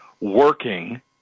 working